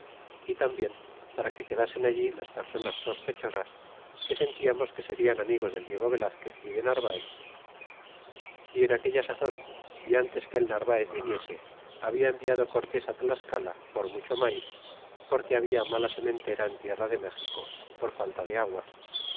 jornada tambien para que quedasen allí las personas sospechosas que sentiamos que serian amigos del diego velazquez e de narvaez é en aquella sazon ntes que el narvaez viniese habia enviado cortés tlascala por mucho maiz porque habia mala sementera en tierra de méxico por falta de aguas